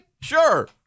Sure